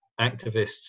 activists